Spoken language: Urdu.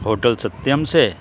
ہوٹل ستیم سے